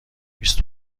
بیست